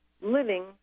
living